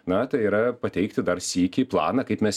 na tai yra pateikti dar sykį planą kaip mes